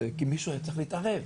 כי מישהו היה צריך להתערב,